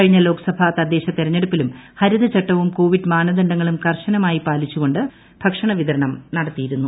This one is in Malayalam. കഴിഞ്ഞ ലോക്സഭാ തദ്ദേശ തിരഞ്ഞെടുപ്പിലും ഹരിത ചട്ടവും കോവിഡ് മാനദണ്ഡങ്ങളും കർശനമായി ്പാലിച്ചു കൊണ്ട് ഭക്ഷണ വിതരണം നടത്തിയിരുന്നു